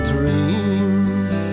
Dreams